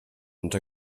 ens